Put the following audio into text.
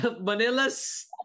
Manila's